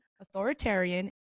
authoritarian